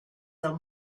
del